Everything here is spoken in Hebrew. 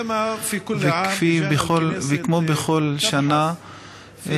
כמו בכל שנה,